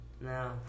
No